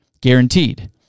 guaranteed